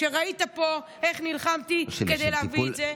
וראית איך נלחמתי כדי להביא את זה,